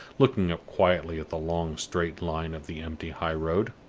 looking up quietly at the long straight line of the empty high-road.